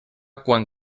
quan